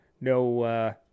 no